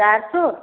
चारि सए